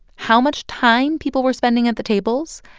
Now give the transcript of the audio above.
how much time people were spending at the tables,